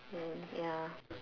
and ya